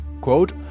quote